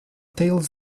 tales